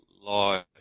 law